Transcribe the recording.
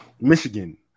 Michigan